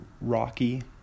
Rocky